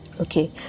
Okay